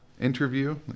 interview